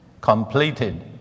completed